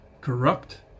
corrupt